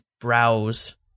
browse